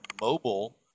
mobile